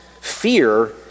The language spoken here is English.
Fear